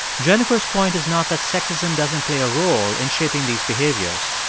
jennifer's point is not that sexism doesn't play a role in shaping these behaviors.